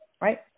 right